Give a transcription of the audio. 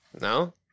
no